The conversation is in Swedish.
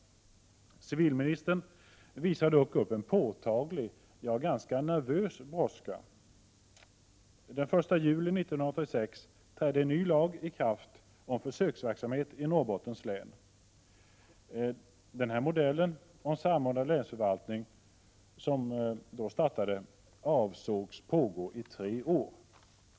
Civilministern visar dock upp en påtaglig, ja nervös brådska. Den 1 juli 1986 trädde en ny lag i kraft om försöksverksamhet i Norrbottens län. Den modell av samordnad länsförvaltning som då startade avsågs pågå i tre år.